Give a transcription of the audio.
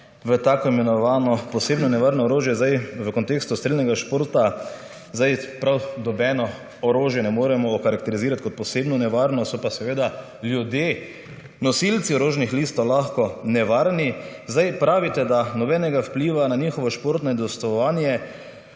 v tako imenovano posebno nevarno orožje. Sedaj v kontekstu strelnega športa sedaj prav nobeno orožje ne bomo okarakterizirati kot posebno nevarno so pa seveda ljudje nosilci orožnih listov lahko nevarni. Sedaj pravite, da nobenega vpliva na njihovo športno udejstvovanje